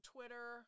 Twitter